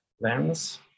lens